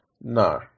No